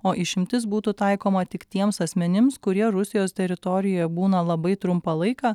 o išimtis būtų taikoma tik tiems asmenims kurie rusijos teritorijoje būna labai trumpą laiką